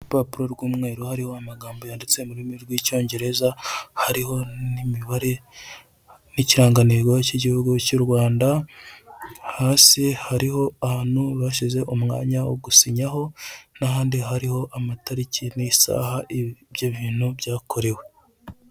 Urupapuro rw'umweru hariho amagambo yanditse mu rurimi rw'icyongereza, hariho n'imibare n'ikirangantego cy'igihugu cy'u Rwanda, hasi hariho ahantu bashyize umwanya wo gusinyaho n'akandi hari amatarik n'isaha ibyo bintu byakorewe.